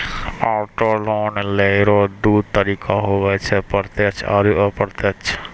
auto loan लेय रो दू तरीका हुवै छै प्रत्यक्ष आरू अप्रत्यक्ष